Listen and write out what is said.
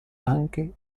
anche